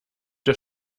der